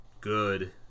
good